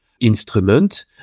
instrument